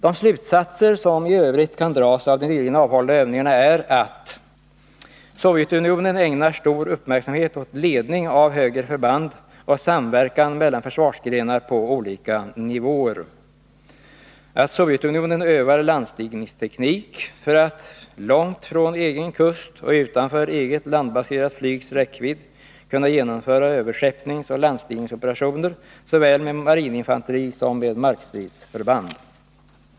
De slutsatser som i övrigt kan dras av de nyligen avhållna övningarna är: Sovjetunionen ägnar stor uppmärksamhet åt ledning av högre förband och samverkan mellan försvarsgrenar på olika nivåer. Sovjetunionen övar landstigningsteknik för att långt från egen kust och utanför eget landbaserat flygs räckvidd kunna genomföra överskeppningsoch landstigningsoperationer såväl med marininfanteri som med markstridsförband.